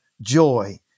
joy